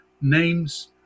names